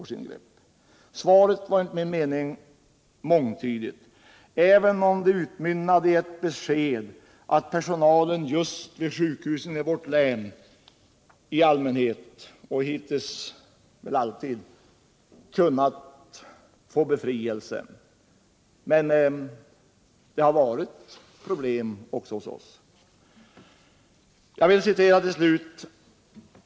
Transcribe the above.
Svaret var enligt min mening mångtydigt. Även om det utmynnade i ett besked att personalen vid sjukhusen i vårt län i allmänhet och hittills väl alltid kunnat få befrielse från deltagande vid abortingrepp, så har det förekommit problem med det.